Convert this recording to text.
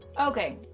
Okay